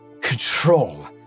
control